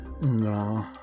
No